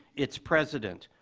its president.